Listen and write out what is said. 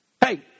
Hey